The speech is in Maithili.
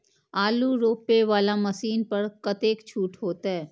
आलू रोपे वाला मशीन पर कतेक छूट होते?